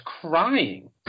crying